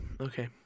Okay